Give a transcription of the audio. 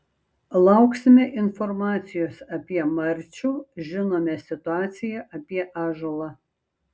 lauksime informacijos apie marčių žinome situaciją apie ąžuolą